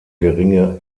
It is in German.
geringe